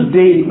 day